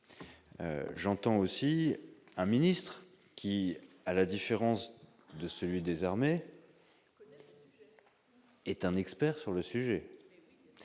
j'entends aussi un ministre qui, à la différence de celui des armées est un expert sur le sujet